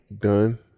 done